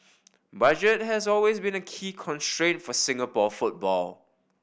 budget has always been a key constraint for Singapore football